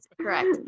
correct